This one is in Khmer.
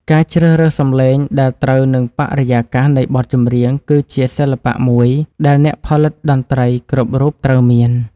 ការជ្រើសរើសសំឡេងដែលត្រូវនឹងបរិយាកាសនៃបទចម្រៀងគឺជាសិល្បៈមួយដែលអ្នកផលិតតន្ត្រីគ្រប់រូបត្រូវមាន។